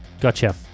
gotcha